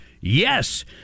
yes